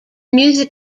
music